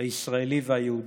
הישראלי והיהודי.